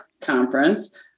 conference